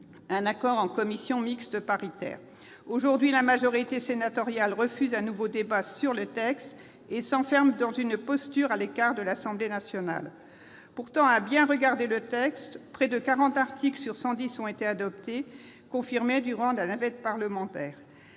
un accord en commission mixte paritaire. Aujourd'hui, la majorité sénatoriale refuse un nouveau débat sur le texte et s'enferme dans une posture à l'égard de l'Assemblée nationale. Pourtant, près de 40 articles sur 110 ont été adoptés conformes durant la navette parlementaire.